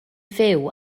fyw